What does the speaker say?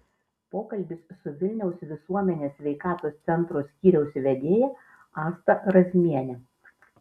pokalbis su vilniaus visuomenės sveikatos centro skyriaus vedėja asta razmiene